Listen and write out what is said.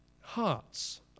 hearts